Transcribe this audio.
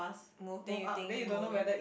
then you think moving